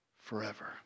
forever